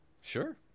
Sure